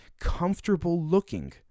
comfortable-looking